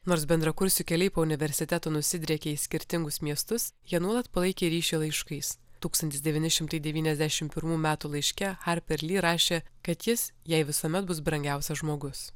nors bendrakursių keliai po universiteto nusidriekia į skirtingus miestus jie nuolat palaikė ryšį laiškais tūkstantis devyni šimtai devyniasdešim pirmų metų laiške harper ly rašė kad jis jai visuomet bus brangiausias žmogus